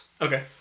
Okay